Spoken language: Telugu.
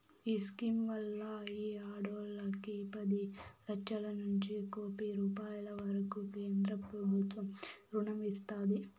ఈ స్కీమ్ వల్ల ఈ ఆడోల్లకి పది లచ్చలనుంచి కోపి రూపాయిల వరకూ కేంద్రబుత్వం రుణం ఇస్తాది